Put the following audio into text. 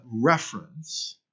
reference